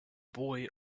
boy